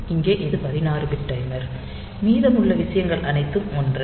இங்கே இது 16 bit timer மீதமுள்ள விஷயங்கள் அனைத்தும் ஒன்றே